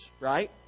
right